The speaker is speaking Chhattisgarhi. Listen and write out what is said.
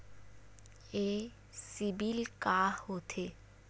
ये सीबिल का होथे?